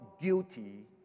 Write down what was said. guilty